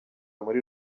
muri